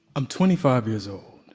i'm twenty five years old,